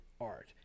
art